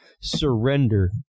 surrender